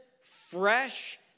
fresh